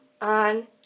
on